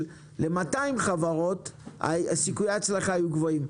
ל-200 חברות וסיכויי ההצלחה היו גבוהים.